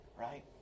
Right